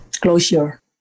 closure